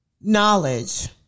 knowledge